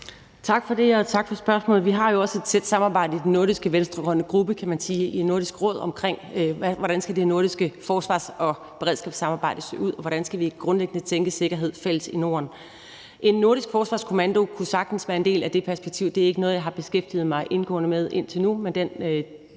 Tak for det, og tak for spørgsmålet. Vi har jo også et tæt samarbejde i den nordiske venstre-grønne gruppe i Nordisk Råd omkring, hvordan det nordiske forsvars- og beredskabssamarbejde skal se ud, og hvordan vi grundlæggende skal tænke sikkerhed fælles i Norden. En nordisk forsvarskommando kunne sagtens være en del af det perspektiv. Det er ikke noget, jeg har beskæftiget mig indgående med indtil nu, men den